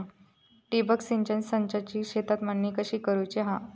ठिबक सिंचन संचाची शेतात मांडणी कशी करुची हा?